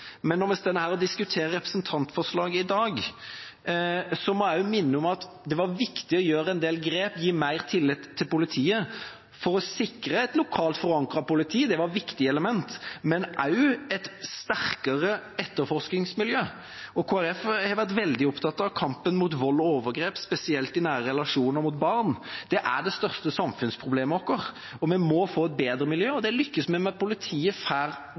men når vi står her og diskuterer representantforslaget i dag, må jeg også minne om at det var viktig å gjøre en del grep, gi mer tillit til politiet, for å sikre et lokalt forankret politi – det var et viktig element – men også et sterkere etterforskingsmiljø. Kristelig Folkeparti har vært veldig opptatt av kampen mot vold og overgrep, spesielt i nære relasjoner og mot barn. Det er det største samfunnsproblemet vårt, og vi må få et bedre miljø. Det lykkes vi med om politiet får